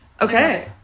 okay